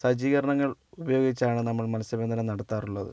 സജ്ജീകരണങ്ങൾ ഉപയോഗിച്ചാണ് നമ്മൾ മത്സ്യ ബന്ധനം നടത്താറുള്ളത്